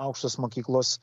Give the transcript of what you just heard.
aukštos mokyklos